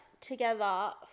together